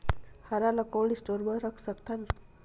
हरा ल cold store म रख सकथन?